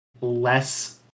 less